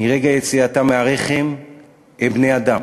מרגע יציאתם מהרחם הם בני-אדם.